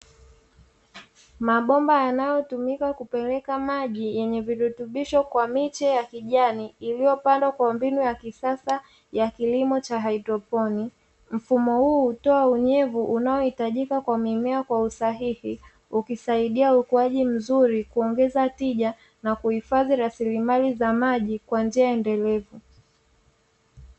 Mabomba yanayotumika kupeleka maji yenye virutubisho kwa miche yenye kijani, iliyopandwa kwa mbinu ya kisasa ya kilimo cha haidroponi. Mfumo huu hutoa unyevu unaohitajika kwa mimea kwa usahihi, ukisaidia ukuaji mzuri, kuongeza tija, na kuhifadhi rasilimali za maji kwa njia endelevu.